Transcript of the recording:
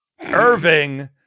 Irving